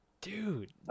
Dude